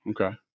Okay